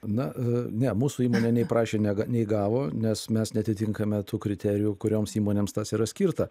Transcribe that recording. na ne mūsų įmonė nei prašė ne nei gavo nes mes neatitinkame tų kriterijų kurioms įmonėms tas yra skirta